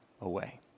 away